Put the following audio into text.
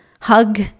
hug